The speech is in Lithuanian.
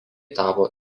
tapo